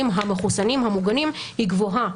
המחוסנים המוגנים שנדבקו היא גבוהה,